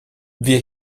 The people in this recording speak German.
wir